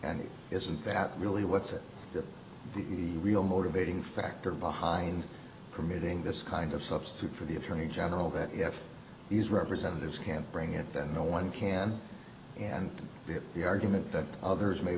and isn't that really what's the real motivating factor behind committing this kind of substitute for the attorney general that if these representatives can't bring it then no one can and the argument that others may